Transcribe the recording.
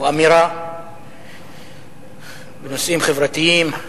הוא אמירה בנושאים חברתיים,